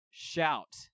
shout